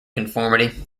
conformity